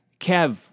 Kev